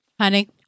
Honey